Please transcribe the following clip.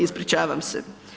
Ispričavam se.